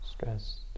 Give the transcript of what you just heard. stressed